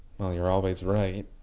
well you're always right.